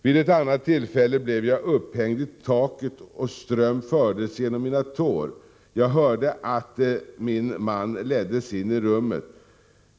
”Vid ett annat tillfälle blev jag upphängd i taket och ström fördes genom mina tår... Jag hörde att min man leddes in i rummet.